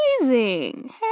amazing